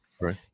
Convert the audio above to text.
right